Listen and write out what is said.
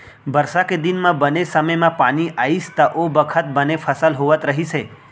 बरसा के दिन म बने समे म पानी आइस त ओ बखत बने फसल होवत रहिस हे